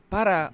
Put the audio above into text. Para